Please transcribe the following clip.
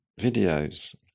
videos